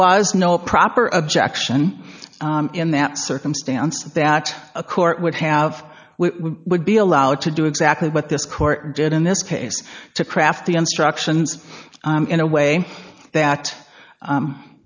was no proper objection in that circumstance that a court would have we would be allowed to do exactly what this court did in this case to craft the instructions in a way that